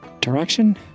direction